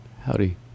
howdy